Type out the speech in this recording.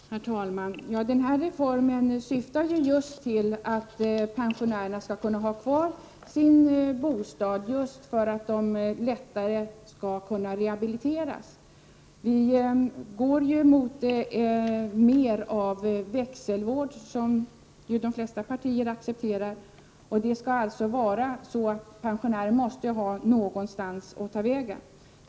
Herr talman! Den här reformen syftar till att pensionärerna skall kunna ha kvar sin bostad just för att de lättare skall kunna rehabiliteras. Vi går ju mot mer av växelvård, vilket de flesta partier accepterar. Pensionärerna måste ju ha någonstans att ta vägen.